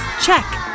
Check